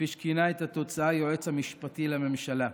כפי שכינה את התוצאה היועץ המשפטי לממשלה.